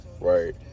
right